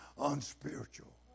unspiritual